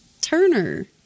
turner